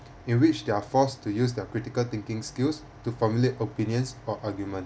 in which they're forced to use their critical thinking skills to formulate opinions or argument